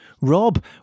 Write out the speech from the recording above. Rob